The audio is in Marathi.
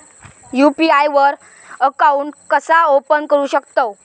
यू.पी.आय वर अकाउंट कसा ओपन करू शकतव?